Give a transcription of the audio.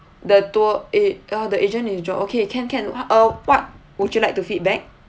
the tour a~ uh the agent is john okay can can uh what would you like to feedback